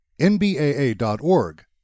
nbaa.org